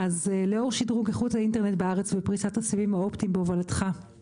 לאור שדרוג איכות האינטרנט בארץ ופריסת הסיבים האופטיים בהובלתך,